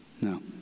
no